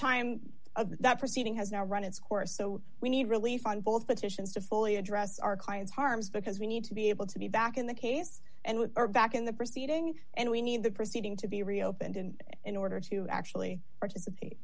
of the proceeding has now run its course so we need relief on both petitions to fully address our client's harms because we need to be able to be back in the case and we are back in the proceeding and we need the proceeding to be reopened and in order to actually participate